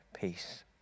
peace